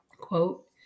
quote